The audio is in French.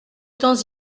temps